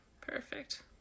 Perfect